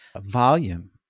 volume